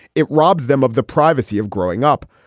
it robs them of the privacy of growing up.